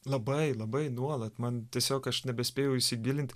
labai labai nuolat man tiesiog aš nebespėju įsigilint